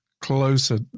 closer